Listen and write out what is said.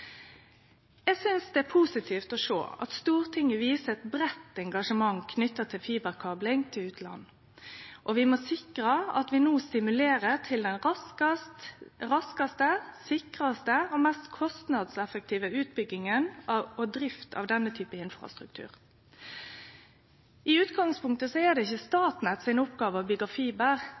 Eg synest det er positivt å sjå at Stortinget viser eit breitt engasjement knytt til fiberkabling til utlandet. Vi må sikre at vi no stimulerer til den raskaste, sikraste og mest kostnadseffektive utbygginga og drifta av denne typen infrastruktur. I utgangspunktet er det ikkje Statnett si oppgåve å byggje fiber,